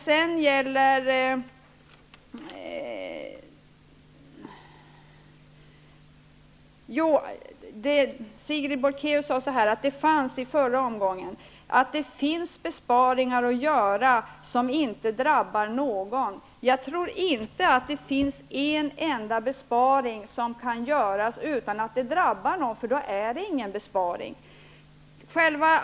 Sigrid Bolkéus sade att det finns besparingar att göra, som inte drabbar någon. Jag tror inte att det finns en enda besparing som kan genomföras utan att det drabbar någon, för i så fall är det inte fråga om någon besparing.